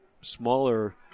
smaller